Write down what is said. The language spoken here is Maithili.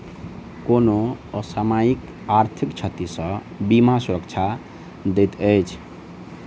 कोनो असामयिक आर्थिक क्षति सॅ बीमा सुरक्षा दैत अछि